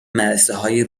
مدرسههای